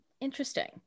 Interesting